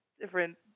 different